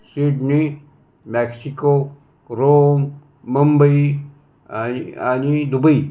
Sydney Mexico Rome Mumbai आणि आणि Dubai